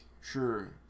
sure